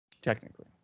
Technically